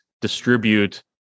distribute